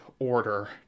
order